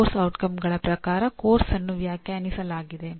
ಪಠ್ಯಕ್ರಮದ ಪರಿಣಾಮಗಳ ಪ್ರಕಾರ ಪಠ್ಯಕ್ರಮವನ್ನು ವ್ಯಾಖ್ಯಾನಿಸಲಾಗಿದೆ